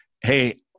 hey